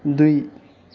दुई